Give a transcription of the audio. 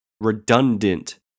redundant